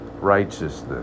righteousness